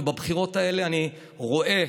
ובבחירות האלה אני רואה